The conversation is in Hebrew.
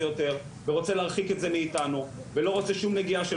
יותר ורוצה להרחיק את זה מאיתנו ולא רוצה שום נגיעה של